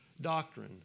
doctrine